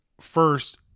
first